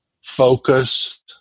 focus